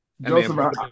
Joseph